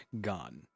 gone